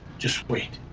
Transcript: just wait.